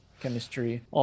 chemistry